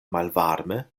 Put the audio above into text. malvarme